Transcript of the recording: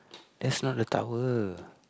that's not the towel